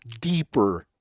deeper